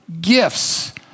gifts